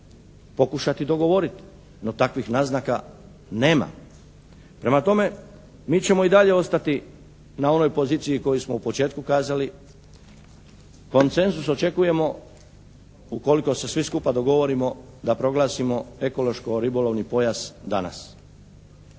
pokušati dogovoriti. No takvih naznaka nema. Prema tome mi ćemo i dalje ostati na onoj poziciji koju smo u početku kazali, koncenzus očekujemo ukoliko se svi skupa dogovorimo da proglasimo ekološko-ribolovni pojas danas.